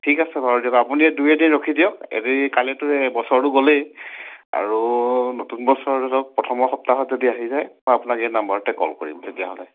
ঠিক আছে বাৰু দিয়ক আপুনি দুই এদিন ৰখি দিয়ক আজি কাইলৈতো এই বছৰটো গ'লেই আৰু নতুন বছৰ ধৰি লওক প্ৰথমৰ সপ্তাহত যদি আহি যায় মই আপোনাক এই নাম্বাৰতে কল কৰিম তেতিয়াহ'লে